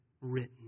written